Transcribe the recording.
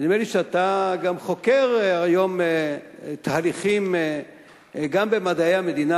נדמה לי שאתה גם חוקר היום תהליכים גם במדעי המדינה,